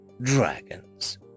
dragons